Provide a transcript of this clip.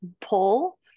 pull